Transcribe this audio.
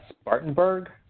Spartanburg